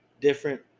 different